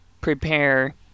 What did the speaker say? prepare